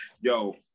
Yo